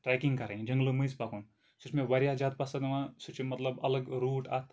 trekking کَرٕنۍ جنٛگلو مٔنٛزۍ پَکُن سُہ چھُ مےٚ واریاہ زیادٕ پسنٛد یِوان سُہ چھُ مطلب اَلگ روٗٹ اَتھ